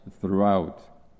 throughout